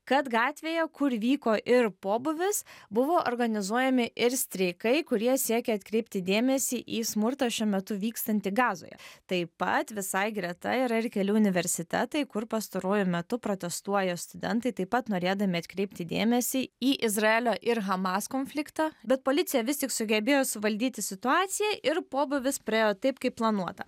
kad gatvėje kur vyko ir pobūvis buvo organizuojami ir streikai kurie siekė atkreipti dėmesį į smurtą šiuo metu vykstantį gazoje taip pat visai greta yra ir keli universitetai kur pastaruoju metu protestuoja studentai taip pat norėdami atkreipti dėmesį į izraelio ir hamas konfliktą bet policija vis tik sugebėjo suvaldyti situaciją ir pobūvis praėjo taip kaip planuota